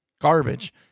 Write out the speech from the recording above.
garbage